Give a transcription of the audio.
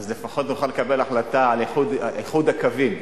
אז לפחות נוכל לקבל החלטה על איחוד הקווים.